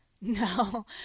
no